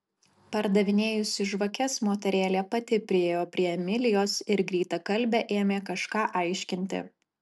pardavinėjusi žvakes moterėlė pati priėjo prie emilijos ir greitakalbe ėmė kažką aiškinti